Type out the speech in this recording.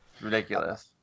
Ridiculous